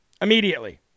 Immediately